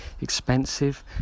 expensive